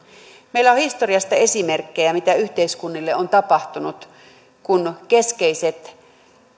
meillä on historiasta esimerkkejä mitä yhteiskunnille on tapahtunut kun keskeiset